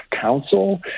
Council